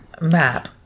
map